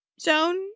zone